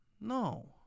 No